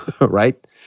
Right